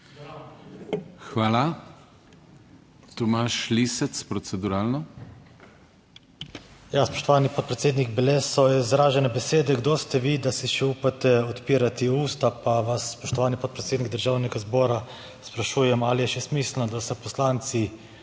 Hvala. Tomaž Lisec, proceduralno. **TOMAŽ LISEC (PS SDS):** Ja, spoštovani podpredsednik, bile so izražene besede kdo ste vi, da si še upate odpirati usta, pa vas, spoštovani podpredsednik Državnega zbora, sprašujem ali je še smiselno, da se poslanci